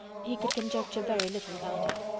he could conjecture very little about it.